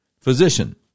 physician